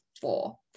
four